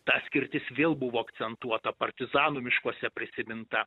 ta skirtis vėl buvo akcentuota partizanų miškuose prisiminta